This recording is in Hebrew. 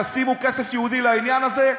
תשימו כסף ייעודי לעניין הזה.